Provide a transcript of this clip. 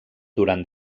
durant